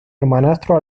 hermanastro